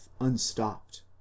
unstopped